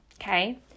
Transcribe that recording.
Okay